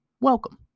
welcome